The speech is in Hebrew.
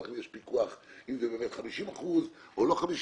אם יש פיקוח אם זה באמת 50% או לא 50%,